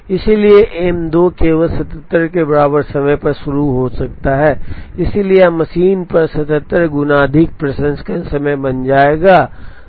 इसलिए M 2 केवल 77 के बराबर समय पर शुरू हो सकता है इसलिए यह मशीन पर 77 गुना अधिक प्रसंस्करण समय बन जाएगा